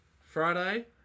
Friday